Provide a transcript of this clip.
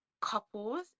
couples